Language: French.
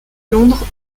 londres